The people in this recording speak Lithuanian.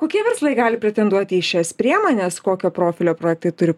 kokie verslai gali pretenduoti į šias priemones kokio profilio projektai turi